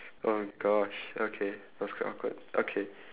oh gosh okay that was quite awkward okay